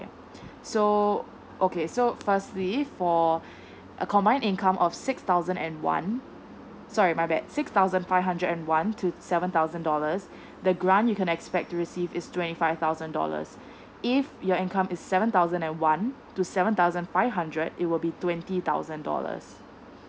so okay so firstly for a combined income of six thousand and one sorry my bad six thousand five hundred and one to seven thousand dollars the grant you can expect to receive is twenty five thousand dollars if your income is seven thousand and one to seven thousand five hundred it will be twenty thousand dollars